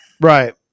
right